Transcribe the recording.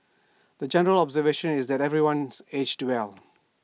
the general observation is that everyone's aged well